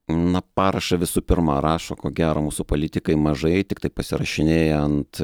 na parašą visų pirma rašo ko gero mūsų politikai mažai tiktai pasirašinėja ant